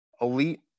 elite